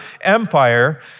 empire